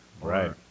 Right